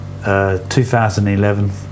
2011